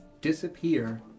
disappear